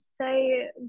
say